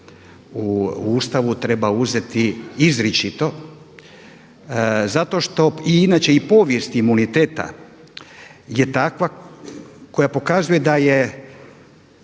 u Ustavu treba uzeti izričito zato što i inače i povijest imuniteta je takva koja pokazuje da